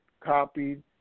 copied